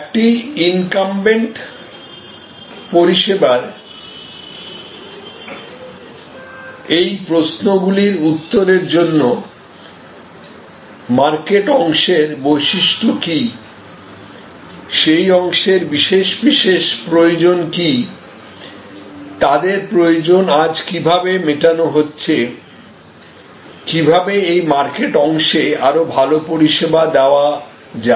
একটি ইনকাম্বেন্ট পরিষেবার এই প্রশ্নগুলির উত্তরের জন্য মার্কেট অংশের বৈশিষ্ট্য কি সেই অংশের বিশেষ বিশেষ প্রয়োজন কি তাদের প্রয়োজন আজ কিভাবে মেটানো হচ্ছে কিভাবে এই মার্কেট অংশে আরো ভালো পরিষেবা দেওয়া যায়